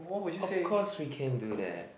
of course we can do that